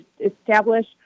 establish